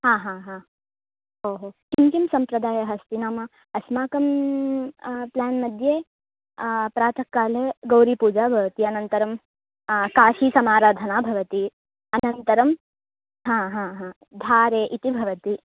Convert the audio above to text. आ हा हा ओ हो किं किं सम्प्रदायः अस्ति नाम अस्माकं प्लेन्मध्ये प्रातः काले गौरीपूजा भवति अनन्तरं काशीसमाराधना भवति अनन्तरं हा हा हा धारे इति भवति